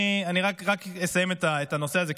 אני רק אסיים את הנושא הזה,